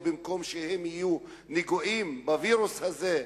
במקום שיהיו נגועים בווירוס הזה,